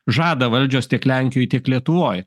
žada valdžios tiek lenkijoj tiek lietuvoj